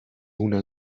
una